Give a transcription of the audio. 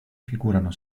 figurano